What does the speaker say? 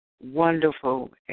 wonderful